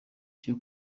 cyo